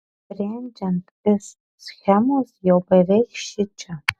sprendžiant iš schemos jau beveik šičia